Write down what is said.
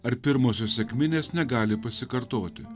ar pirmosios sekminės negali pasikartoti